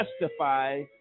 justify